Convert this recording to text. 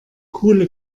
coole